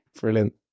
Brilliant